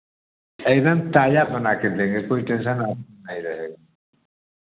एक दम ताज़ा बनाकर देंगे कोई टेंसन और नहीं रहेगा